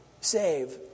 save